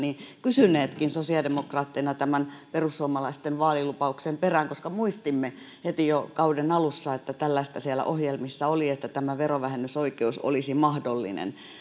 kysyneetkin sosiaalidemokraatteina tämän perussuomalaisten vaalilupauksen perään koska muistimme heti jo kauden alussa että tällaista siellä ohjelmissa oli että tämä verovähennysoikeus olisi mahdollinen